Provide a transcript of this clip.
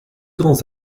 grands